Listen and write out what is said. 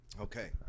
Okay